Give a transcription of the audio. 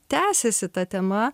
tęsiasi ta tema